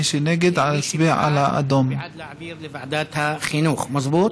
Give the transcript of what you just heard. מי שבעד, בעד להעביר לוועדת החינוך, מזבוט?